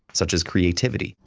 such as creativity,